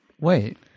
Wait